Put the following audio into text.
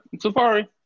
Safari